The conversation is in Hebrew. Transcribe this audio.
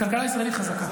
הכלכלה הישראלית היא חזקה.